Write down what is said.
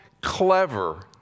clever